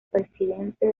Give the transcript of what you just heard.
presidente